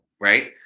right